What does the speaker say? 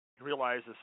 Realizes